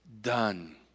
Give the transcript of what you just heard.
done